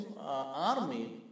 army